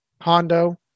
Hondo